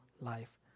life